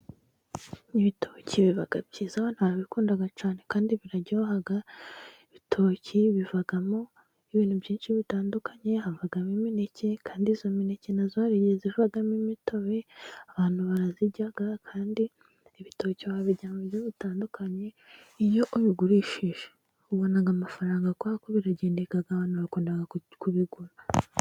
Ibitoki biba byiza abntu barabikunda cyane kandi barajya bagahaga. Ibitoki bivamo ibintu byinshi bitandukanye hava ibimineke kandi izo mineke na zarigeze zivagamo imitobe abantu barazijya kandi ibitoki wabijya mu buryo butandukanye. Iyo ubigurishije ubona amafaranga akorako biragenda abantu wakunda kubigura.